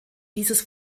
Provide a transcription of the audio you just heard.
dieses